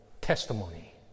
testimony